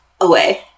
away